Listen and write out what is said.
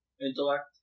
Intellect